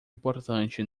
importante